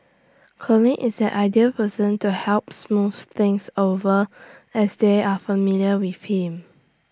Colin is the ideal person to help smooth things over as they are familiar with him